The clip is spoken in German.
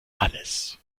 alles